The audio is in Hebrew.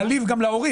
מעליב גם להורים.